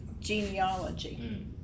genealogy